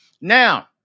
Now